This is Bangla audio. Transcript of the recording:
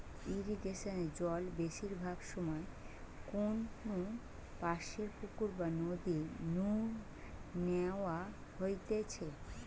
ইরিগেশনে জল বেশিরভাগ সময় কোনপাশের পুকুর বা নদী নু ন্যাওয়া হইতেছে